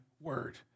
word